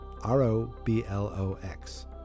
R-O-B-L-O-X